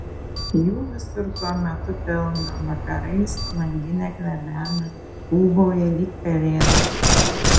jų visur tuo metu pilna vakarais langinę klebena ūbauja lyg pelėdos